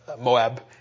Moab